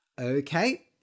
Okay